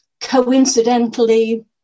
Coincidentally